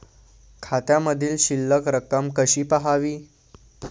खात्यामधील शिल्लक रक्कम कशी पहावी?